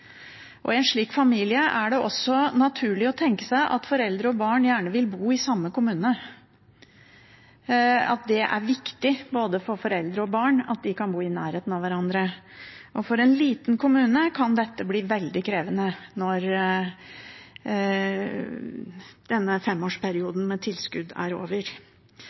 barna. I en slik familie er det naturlig å tenke seg at foreldre og barn gjerne vil bo i samme kommune, at det er viktig for både foreldre og barn at de kan bo i nærheten av hverandre. For en liten kommune kan dette bli veldig krevende når femårsperioden med tilskudd er over,